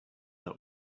that